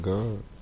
God